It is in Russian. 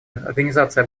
организация